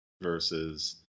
versus